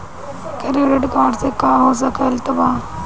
Credit card से का हो सकइत बा?